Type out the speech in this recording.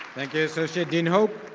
thank you, associate dean hope.